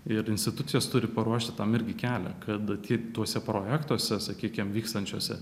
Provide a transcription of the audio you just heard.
ir institucijos turi paruošti tam irgi kelią kad ki tuose projektuose sakykim vykstančiuose